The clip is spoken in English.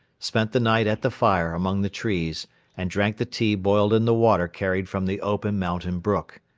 spent the night at the fire among the trees and drank the tea boiled in the water carried from the open mountain brook.